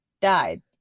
died